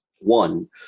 one